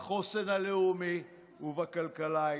בחוסן הלאומי ובכלכלה הישראלית.